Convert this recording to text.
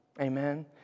Amen